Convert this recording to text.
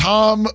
Tom